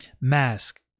Mask